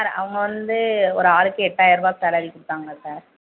sir அவங்க வந்து ஒரு ஆளுக்கு எட்டாயரரூபா சேலரி கொடுத்தாங்க சார்